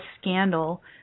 scandal